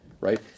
right